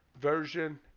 Version